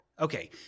okay